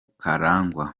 karangwa